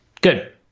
Good